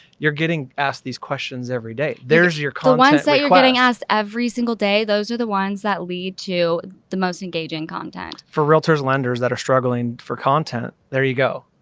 you're getting asked these questions every day. there's your, content. the ones that you're getting asked every single day. those are the ones that lead to the most engaging content. for realtors, lenders that are struggling for content there you go.